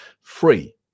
free